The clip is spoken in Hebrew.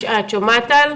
את שומעת טל?